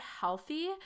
healthy